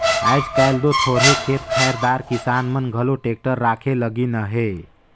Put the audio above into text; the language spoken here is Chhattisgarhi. आएज काएल दो थोरहे खेत खाएर दार किसान मन घलो टेक्टर राखे लगिन अहे